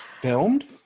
filmed